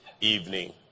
evening